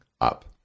up